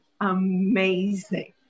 amazing